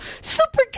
super